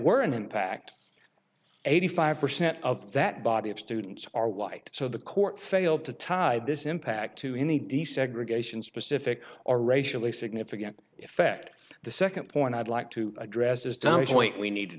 were an impact eighty five percent of that body of students are white so the court failed to tie this impact to any desegregation specific or racially significant effect the second point i'd like to address is done is point we need to